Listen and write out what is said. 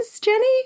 Jenny